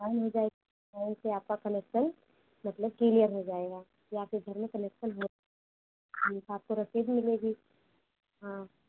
काम हो जाए वही से आपका कनेक्शन मतलब क्लीयर हो जाएगा कि आपके घर में कनेक्शन हुआ उस हिसाब से रसीद मिलेगी हाँ